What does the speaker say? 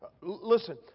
Listen